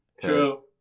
True